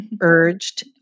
urged